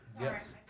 Yes